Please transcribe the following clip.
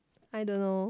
I don't know